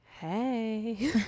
hey